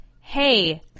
hey